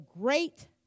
great